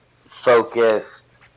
focused